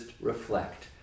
reflect